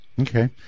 Okay